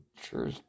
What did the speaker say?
sure